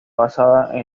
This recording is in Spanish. basada